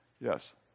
Yes